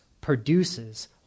produces